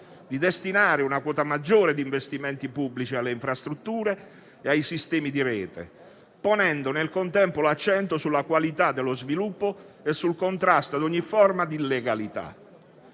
di destinare una quota maggiore di investimenti pubblici alle infrastrutture e ai sistemi di rete; ponendo nel contempo l'accento sulla qualità dello sviluppo e sul contrasto a ogni forma di illegalità.